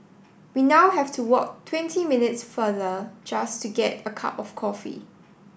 we now have to walk twenty minutes farther just to get a cup of coffee